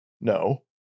No